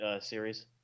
series